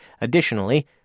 Additionally